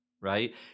Right